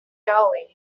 darling